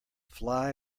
fly